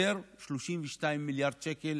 32 מיליארד שקל